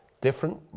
different